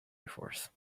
forth